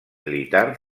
militar